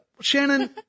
Shannon